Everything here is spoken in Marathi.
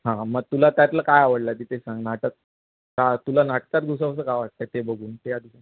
हां मग तुला त्यातलं काय आवडलं तिथे सांग नाटक का तुला नाटकात घुसावंसं का वाटतं आहे ते बघून ते आधी